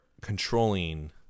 controlling